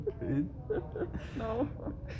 No